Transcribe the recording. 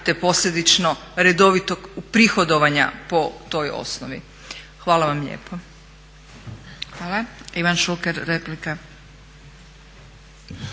te posljedično redovitog uprihodovanja po toj osnovi. Hvala vam lijepa. **Zgrebec, Dragica